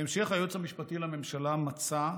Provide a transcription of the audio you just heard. בהמשך היועץ המשפטי לממשלה מצא,